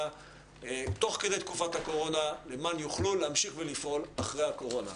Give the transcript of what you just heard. תוך כדי תקופת הקורונה למען יוכלו להמשיך ולפעול אחרי הקורונה.